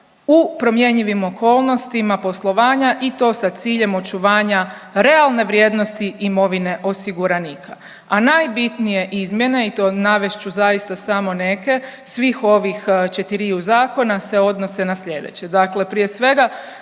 u promjenjivim okolnostima poslovanja i to sa ciljem očuvanja realne vrijednosti imovine osiguranika. A najbitnije izmjene i to navest ću zaista samo neke svih ovih četiriju zakona se odnose na slijedeće. Dakle, prije svega